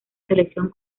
selección